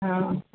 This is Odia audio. ହଁ